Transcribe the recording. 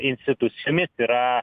institucijomis yra